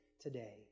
today